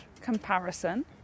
comparison